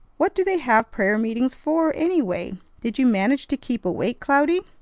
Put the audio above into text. what do they have prayer meetings for, anyway? did you manage to keep awake, cloudy?